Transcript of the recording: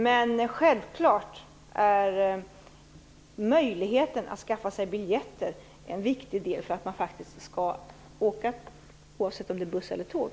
Men möjligheten att skaffa sig biljetter är självfallet en viktigt del för att man faktiskt skall åka, oavsett om det är buss eller tåg.